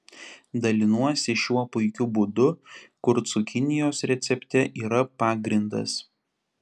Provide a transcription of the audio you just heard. dalinuosi šiuo puikiu būdu kur cukinijos recepte yra pagrindas